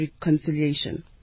Reconciliation